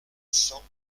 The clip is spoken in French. cents